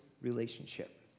relationship